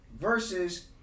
versus